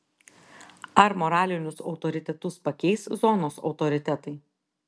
ar moralinius autoritetus pakeis zonos autoritetai